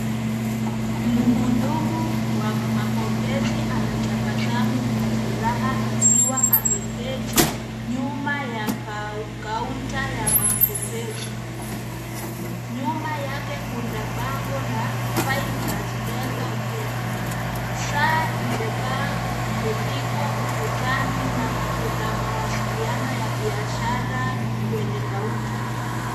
Muhumu wa mapokezi anatabasamu kwa furaha akiwa ameketi nyuma ya kaunta ya mapokezi, nyuma yake kuna bango la Fine Touch Dental Care , saa imepigwa ukutani na kuna mawasiliano ya biashara kwenye kaunta.